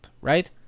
right